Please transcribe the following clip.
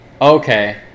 Okay